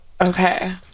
Okay